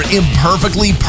imperfectly